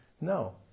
No